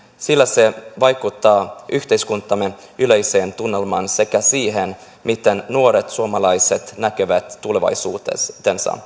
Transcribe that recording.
sillä se vaikuttaa yhteiskuntamme yleiseen tunnelmaan sekä siihen miten nuoret suomalaiset näkevät tulevaisuutensa